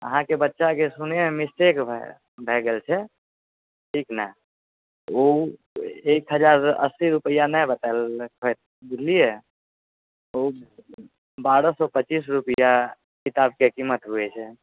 अहाँके बच्चाके सुनैमे मिस्टेक भए गेलै भए गेल छै ठीक ने ओ एक हजार अस्सी रुपआ नहि बतायल रहै बुझलिये ओ बारह सओ पचीस रुपआ किताबके कीमत होइ छै